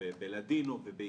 בלדינו ובאידיש.